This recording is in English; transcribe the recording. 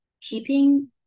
keeping